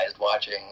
watching